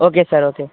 okay sir okay